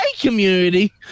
community